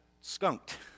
skunked